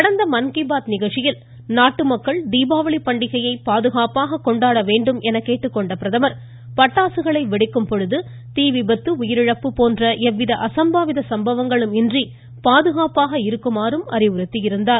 கடந்த மன் கி பாத் நிகழ்ச்சியில் நாட்டு மக்கள் தீபாவளி பண்டிகையை பாதுகாப்பாக கொண்டாட வேண்டும் என கேட்டுக்கொண்ட பிரதமர் பட்டாசுகளை வெடிக்கும் பொழுது தீ விபத்து உயிரிழப்பு போன்ற எவ்வித அசம்பாவித சம்பவங்களும் இன்றி பாதுகாப்பாக இருக்குமாறு அறிவுறுத்தியிருந்தார்